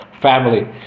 family